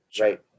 right